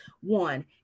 one